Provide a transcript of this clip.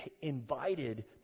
invited